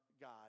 God